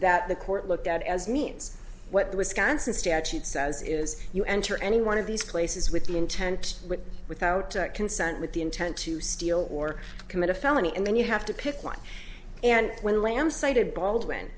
that the court looked at as means what the wisconsin statute says is you enter any one of these places with the intent without consent with the intent to steal or commit a felony and then you have to pick one and when lamm cited baldwin